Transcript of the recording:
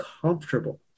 comfortable